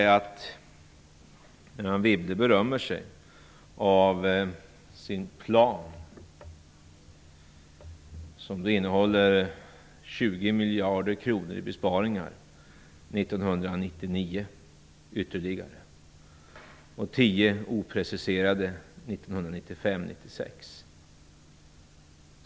Anne Wibble berömmer sig över den plan som innehåller ytterligare 20 miljarder kronor i besparingar 1999 och 10 opreciserade miljarder 1995/96.